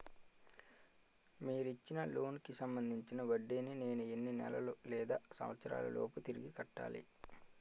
మీరు ఇచ్చిన లోన్ కి సంబందించిన వడ్డీని నేను ఎన్ని నెలలు లేదా సంవత్సరాలలోపు తిరిగి కట్టాలి?